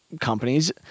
companies –